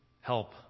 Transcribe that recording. help